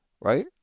right